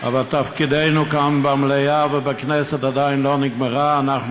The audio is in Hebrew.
אבל תפקידנו כאן, במליאה ובכנסת עדיין לא נגמר.